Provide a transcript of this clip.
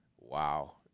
Wow